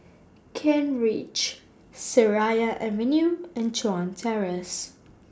Kent Ridge Seraya Avenue and Chuan Terrace